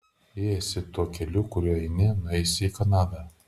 jei eisi tuo keliu kuriuo eini nueisi į kanadą